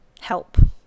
help